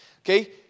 Okay